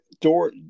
door –